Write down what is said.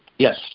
Yes